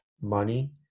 money